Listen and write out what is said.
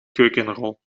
keukenrol